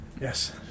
Yes